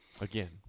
Again